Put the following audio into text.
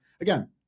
again